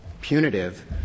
punitive